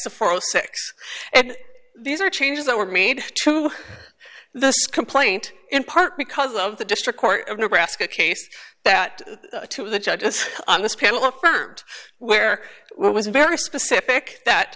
six and these are changes that were made to this complaint in part because of the district court of nebraska case that two of the judges on this panel affirmed where was very specific that